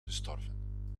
gestorven